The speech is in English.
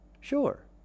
Sure